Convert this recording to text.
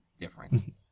different